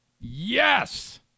Yes